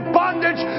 bondage